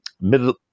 middle